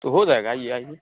तो हो जाएगा आइए आइए